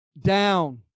down